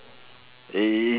it's